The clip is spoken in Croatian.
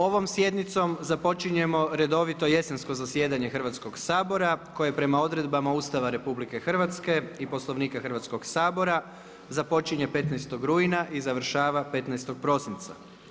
Ovom sjednicom počinjemo redovito jesensko zasjedanje Hrvatskog sabora koje prema odredbama Ustava RH i Poslovnika Hrvatskog sabora započinje 15. rujna i završava 15. prosinca.